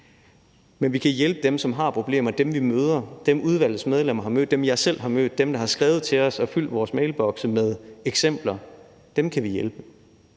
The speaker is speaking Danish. Men vi kan hjælpe dem, som har problemer; dem, vi møder; dem, udvalgets medlemmer har mødt; dem, jeg selv har mødt; dem, der har skrevet til os og fyldt vores mailbokse med eksempler – dem kan vi hjælpe.